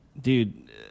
dude